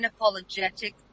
unapologetic